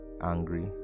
angry